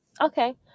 Okay